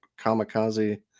kamikaze